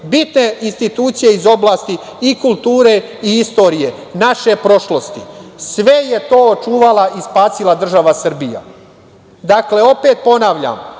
bitne institucije iz oblasti i kulture i istorije, naše prošlosti. Sve je to očuvala i spasila država Srbija. Opet ponavljam,